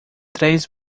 três